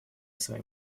своей